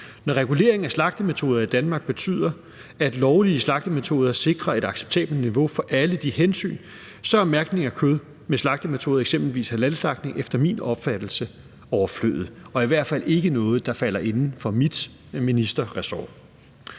Når regulering af slagtemetoder i Danmark betyder, at lovlige slagtemetoder sikrer et acceptabelt niveau for alle de hensyn, så er mærkning af kød med slagtemetoder, eksempelvis halalslagtning, efter min opfattelse overflødig og i hvert fald ikke noget, der falder inden for mit ministerressort.